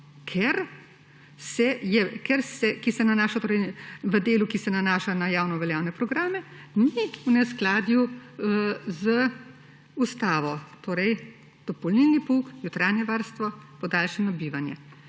torej v delu, ki se nanaša na javnoveljavne programe, ni v neskladju z ustavo, torej dopolnilni pouk, jutranje varstvo, podaljšano bivanje.